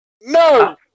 no